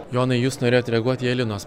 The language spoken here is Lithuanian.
jonai jūs norėjot reaguoti į elinos